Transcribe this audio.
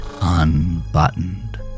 unbuttoned